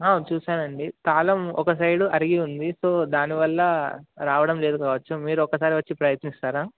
చూశానండి తాలం ఒక సైడు అరిగి ఉంది సో దానివల్ల రావడం లేదు కావచ్చు మీరు ఒకసారి వచ్చి ప్రయత్నిస్తారా